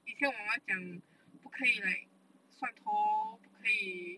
以前我妈妈讲不可以 like 换头不可以